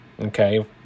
Okay